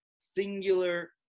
singular